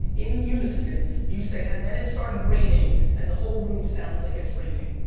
in unison. you say, and then it started raining, and the whole room sounds like it's raining.